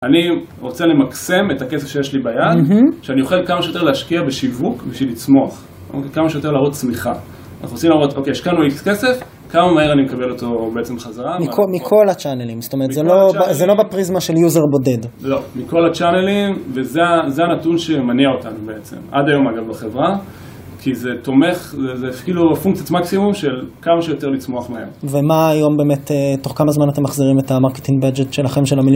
אני רוצה למקסם את הכסף שיש לי ביד, שאני אוכל כמה שיותר להשקיע בשיווק בשביל לצמוח, כמה שיותר להראות צמיחה. אנחנו רוצים להראות, אוקיי, השקענו כסף, כמה מהר אני מקבל אותו בעצם חזרה. מכל הצ'אנלים, זאת אומרת, זה לא בפריזמה של יוזר בודד. לא, מכל הצ'אנלים, וזה הנתון שמניע אותנו בעצם, עד היום אגב בחברה, כי זה תומך, זה כאילו פונקציית מקסימום של כמה שיותר לצמוח מהם. ומה היום באמת, תוך כמה זמן אתם מחזירים את ה-marketing budget שלכם, של המיליון?